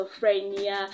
schizophrenia